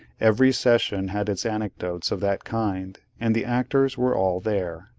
every session had its anecdotes of that kind, and the actors were all there.